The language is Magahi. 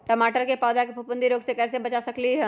टमाटर के पौधा के फफूंदी रोग से कैसे बचा सकलियै ह?